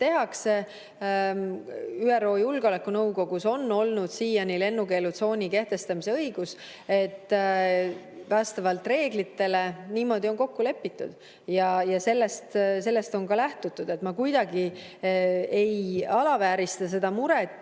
tehakse – ÜRO Julgeolekunõukogul on olnud siiani lennukeelutsooni kehtestamise õigus – vastavalt reeglitele. Niimoodi on kokku lepitud ja sellest on lähtutud. Ma kuidagi ei alaväärista seda muret.